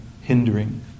hindering